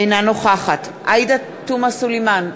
אינה נוכחת עאידה תומא סלימאן,